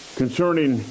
concerning